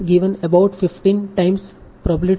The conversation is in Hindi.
about 15 times Pfrom